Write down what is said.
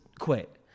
quit